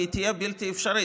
כי היא תהיה בלתי אפשרית.